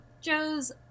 Joe's